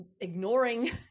ignoring